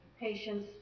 patience